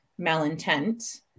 malintent